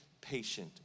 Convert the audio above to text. patient